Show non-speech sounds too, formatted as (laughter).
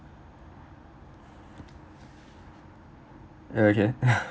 ya okay (laughs)